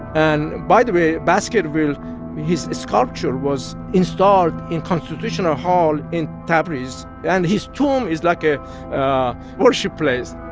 and by the way, baskerville his sculpture was installed in constitutional hall in tabriz, and his tomb is like a worship place.